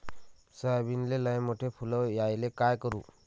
सोयाबीनले लयमोठे फुल यायले काय करू?